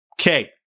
okay